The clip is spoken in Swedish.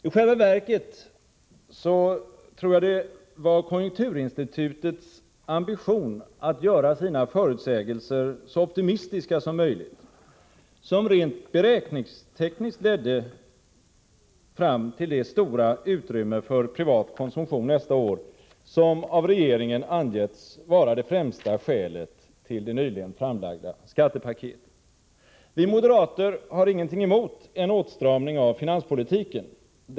I själva verket tror jag att det var konjunkturinstitutets ambition att göra sina förutsägelser så optimistiska som möjligt som rent beräkningstekniskt ledde fram till det stora utrymme för privat konsumtion nästa år som av regeringen angetts vara det främsta skälet till det nyligen framlagda skattepaketet. Vi moderater har ingenting emot en åtstramning av finanspolitiken.